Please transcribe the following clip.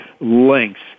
lengths